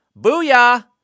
Booyah